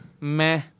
meh